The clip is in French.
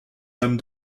dame